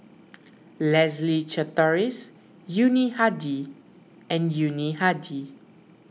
Leslie Charteris Yuni Hadi and Yuni Hadi